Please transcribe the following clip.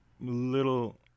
little